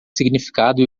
significado